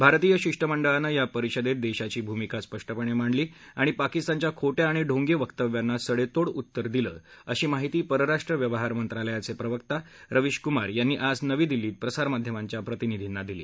भारतीय शिष्टमंडळानं या परिषदेत देशांची भूमिका स्पष्टपणे मांडली आणि पाकिस्तानच्या खोट्या आणि ढोंगी वक्तव्यांना सडेतोड उत्तर दिलं अशी माहिती परराष्ट्र व्यवहार मंत्रालयाचे प्रवक्ता रवीश कुमार यांनी आज नवी दिल्लीत प्रसारमाध्यमांच्या प्रतिनिधींना दिली